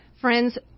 Friends